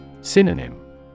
Synonym